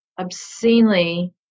obscenely